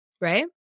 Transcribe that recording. Right